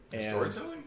storytelling